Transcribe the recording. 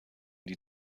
die